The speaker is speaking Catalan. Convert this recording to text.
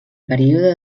període